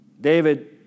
David